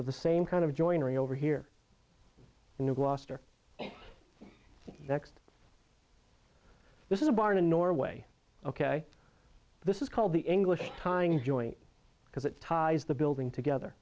of the same kind of joinery over here in new gloucester next this is a barn in norway ok this is called the english tying joint because it ties the building together